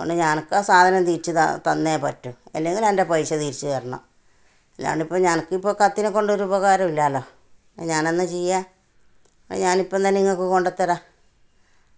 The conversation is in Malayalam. അതുകൊണ്ട് അനക്ക് ആ സാധനം തിരിച്ച് താ തന്നേ പറ്റൂ അല്ലെങ്കിലത്തിന്റെ പൈസ തിരിച്ച് തരണം അല്ലാണ്ടിപ്പം അനക്കിപ്പോൾ കത്തീനെ കൊണ്ടൊരുപകാരം ഇല്ലല്ലോ ഞാനെന്നാ ചെയ്യുക അത് ഞാനിപ്പം തന്നെ ഇങ്ങൾക്ക് കൊണ്ടുത്തരാം